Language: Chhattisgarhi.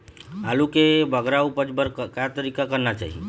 आलू के बगरा उपज बर का तरीका करना चाही?